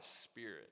Spirit